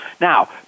Now